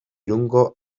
irungo